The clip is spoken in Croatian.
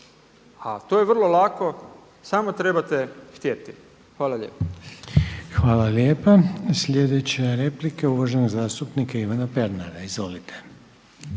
A to je vrlo lako, samo trebate htjeti. Hvala lijepa. **Reiner, Željko (HDZ)** Hvala lijepa. Sljedeća replika je uvaženog zastupnika Ivana Pernara, izvolite.